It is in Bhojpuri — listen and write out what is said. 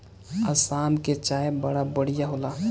आसाम के चाय बड़ा बढ़िया होला